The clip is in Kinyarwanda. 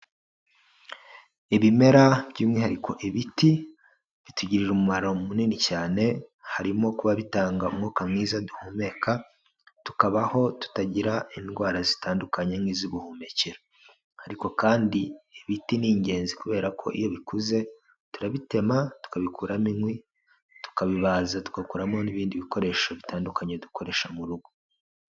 Ibimera by'umwihariko ibiti bitugirira umumaro munini cyane harimo kuba bitanga umwuka mwiza duhumeka, tukabaho tutagira indwara zitandukanye nk'iz'ubuhumekero ariko kandi ibiti ni ingenzi kubera ko iyo bikuze turabitema, tukabikuramo inkwi, tukabibaza tugakuramo n'ibindi bikoresho bitandukanye dukoresha mu rugo.